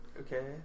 Okay